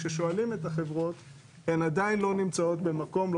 כששואלים את החברות הן עדיין לא נמצאות במקום,